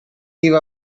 give